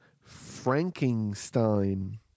Frankenstein